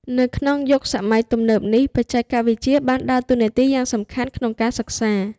នៅក្នុងយុគសម័យទំនើបនេះ បច្ចេកវិទ្យាបានដើរតួនាទីយ៉ាងសំខាន់ក្នុងការសិក្សា។